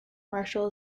marshall